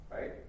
Right